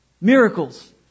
miracles